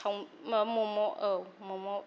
म'म' औ म'म'